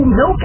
no